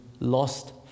lost